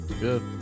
good